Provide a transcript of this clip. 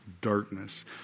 darkness